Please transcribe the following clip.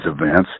events